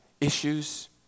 issues